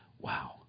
Wow